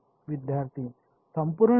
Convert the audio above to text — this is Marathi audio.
विद्यार्थीः संपूर्ण डोमेन